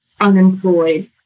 unemployed